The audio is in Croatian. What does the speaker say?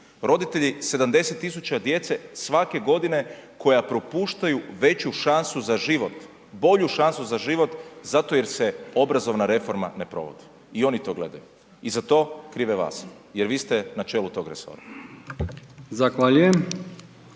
Roditelje 70.000 djece svake godine koja propuštaju veću šansu za život, bolju šansu za život zato jer se obrazovna reforma ne provodi. I oni to gledaju i za to krive vas jer vi ste na čelu tog resora.